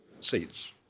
seats